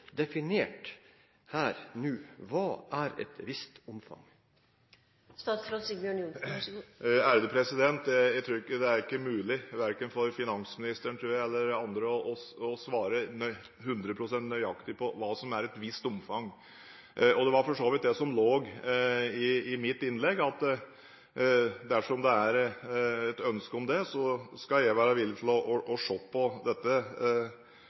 definert: Hva er «et visst omfang»? Jeg tror ikke det er mulig verken for finansministeren eller andre å svare 100 pst. nøyaktig på hva som er «et visst omfang». Det lå for så vidt i mitt innlegg at dersom det er et ønske om det, skal jeg være villig til å se på dette